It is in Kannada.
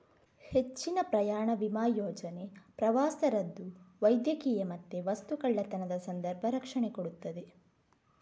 ಹೆಚ್ಚಿನ ಪ್ರಯಾಣ ವಿಮಾ ಯೋಜನೆ ಪ್ರವಾಸ ರದ್ದು, ವೈದ್ಯಕೀಯ ಮತ್ತೆ ವಸ್ತು ಕಳ್ಳತನದ ಸಂದರ್ಭ ರಕ್ಷಣೆ ಕೊಡ್ತದೆ